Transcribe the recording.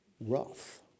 rough